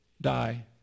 die